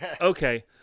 okay